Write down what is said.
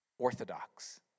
orthodox